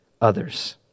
others